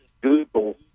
Google